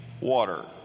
water